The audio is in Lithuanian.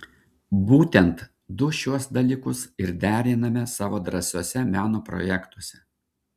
būtent du šiuos dalykus ir deriname savo drąsiuose meno projektuose